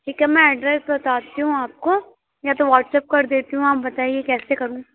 ठीक है मैं ऐड्रेस बताती हूँ आपको या तो व्हाट्सअप कर देती हूँ आप बताइए कैसे करूँ